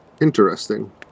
Interesting